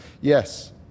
Yes